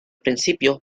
principio